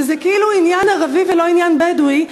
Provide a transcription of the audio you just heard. שזה כאילו עניין ערבי ולא עניין בדואי,